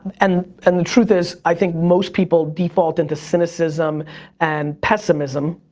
and and the truth is, i think most people default into cynicism and pessimism,